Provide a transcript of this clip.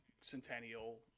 Centennial